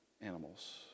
animals